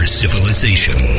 civilization